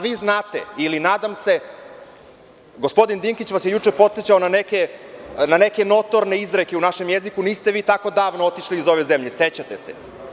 Vi znate ili nadam se, gospodin Dinkić vas je juče podsećao na neke notorne izreke u našem jeziku, niste vi tako davno otišli iz ove zemlje, sećate se.